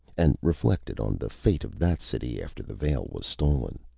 and reflected on the fate of that city after the veil was stolen.